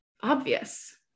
obvious